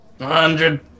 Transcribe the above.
Hundred